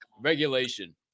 Regulation